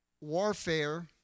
warfare